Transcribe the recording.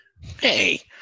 Hey